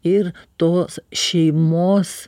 ir tos šeimos